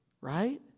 right